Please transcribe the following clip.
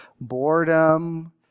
boredom